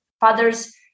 Fathers